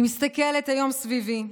אני מסתכלת היום סביבי,